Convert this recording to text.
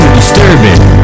disturbing